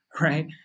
right